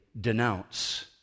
denounce